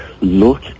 look